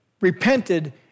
repented